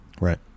Right